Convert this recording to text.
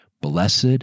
blessed